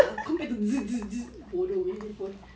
compared to bodoh punya handphone